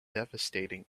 devastating